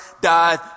died